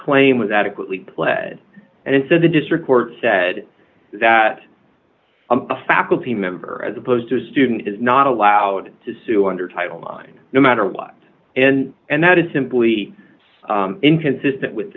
claim was adequately pled and so the district court said that a faculty member as opposed to a student is not allowed to sue under title lines no matter what and and that is simply inconsistent with